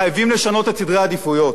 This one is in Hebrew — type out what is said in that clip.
חייבים לשנות את סדרי העדיפויות.